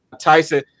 Tyson